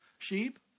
sheep